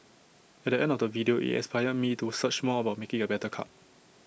at the end of the video IT inspired me to search more about making A better cup